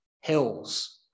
hills